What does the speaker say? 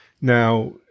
Now